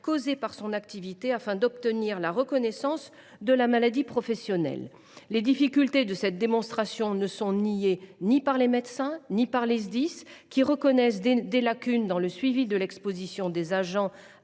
causée par son activité, afin d’obtenir la reconnaissance de la maladie professionnelle. Les difficultés de cette démonstration ne sont niées ni par les médecins ni par les Sdis. Tous reconnaissent d’ailleurs des lacunes dans le suivi de l’exposition des sapeurs